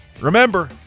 Remember